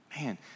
Man